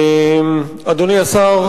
אדוני השר,